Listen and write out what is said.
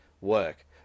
work